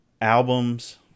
albums –